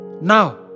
Now